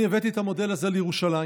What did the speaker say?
אני הבאתי את המודל הזה לירושלים.